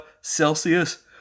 celsius